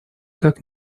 как